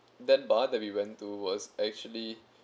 that bar that we went to was actually